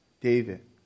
David